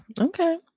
Okay